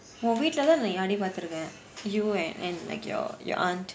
உன் வீட்டுல தான் நீ ஆடி பாத்துருக்கேன்:un veetula thaan nee aadi paathurukkaen you and and like your your aunt